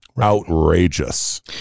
Outrageous